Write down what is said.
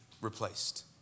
replaced